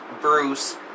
Bruce